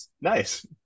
nice